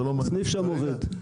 הסניף שם עובד.